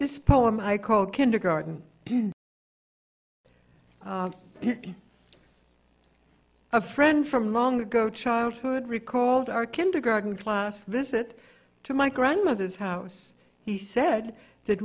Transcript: this poem i called kindergarten a friend from long ago childhood recalled our kindergarten class visit to my grandmother's house he said that